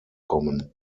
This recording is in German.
kommen